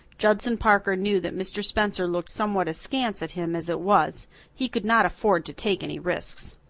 judson parker knew that mr. spencer looked somewhat askance at him as it was he could not afford to take any risks.